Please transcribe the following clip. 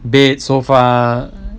bed sofa